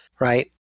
right